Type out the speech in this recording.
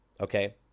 okay